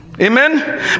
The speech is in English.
Amen